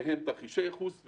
מהם תרחישי ייחוס,